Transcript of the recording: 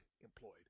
employed